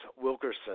Wilkerson